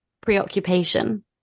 preoccupation